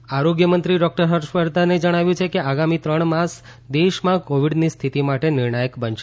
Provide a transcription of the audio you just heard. હર્ષવર્ધન આરોગ્ય મંત્રી ડોકટર ફર્ષવર્ધને જણાવ્યું છે કે આગામી ત્રણ માસ દેશમાં કોવીડની સ્થિતિ માટે નિર્ણાયક બનશે